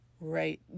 right